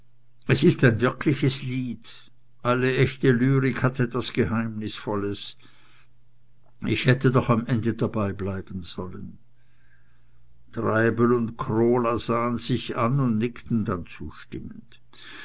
es ist ein wirkliches lied alle echte lyrik hat was geheimnisvolles ich hätte doch am ende dabei bleiben sollen treibel und krola sahen sich an und nickten dann zustimmend